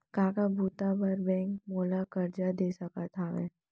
का का बुता बर बैंक मोला करजा दे सकत हवे?